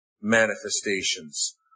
manifestations